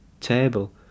table